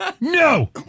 No